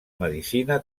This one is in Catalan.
medicina